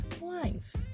life